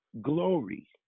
glory